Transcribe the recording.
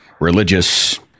religious